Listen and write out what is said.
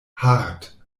hart